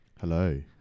Hello